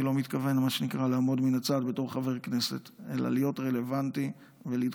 אני לא מתכוון לעמוד מן הצד בתור חבר כנסת אלא להיות רלוונטי ולדחוף